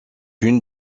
une